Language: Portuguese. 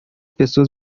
pessoas